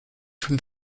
from